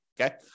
okay